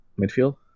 Midfield